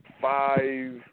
five